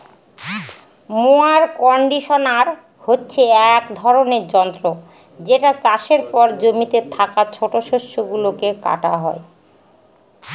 mower conditioner হচ্ছে এক ধরনের যন্ত্র যেটা চাষের পর জমিতে থাকা ছোট শস্য গুলোকে কাটা হয়